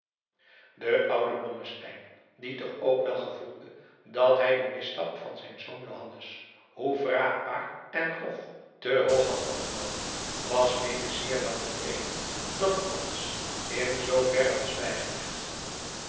de oude blommesteyn die toch ook wel gevoelde dat hij den misstap van zijn zoon johannes hoe wraakbaar en grof te hoog had opgenomen was mede zeer wel te vreden dat alles in zoo verre was bijgelegd